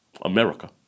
America